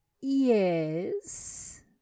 Yes